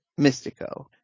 mystico